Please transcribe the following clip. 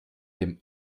dem